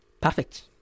perfect